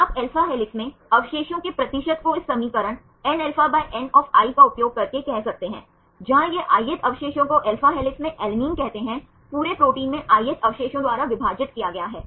आप alpha helix में अवशेषों के प्रतिशत को इस समीकरण nα by N of i का उपयोग करके कह सकते हैंI जहाँ यह ith अवशेषों को alpha हेलिक्स में अलैनिन कहते हैं पूरे प्रोटीन में ith अवशेषों द्वारा विभाजित किया गया है